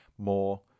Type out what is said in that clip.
more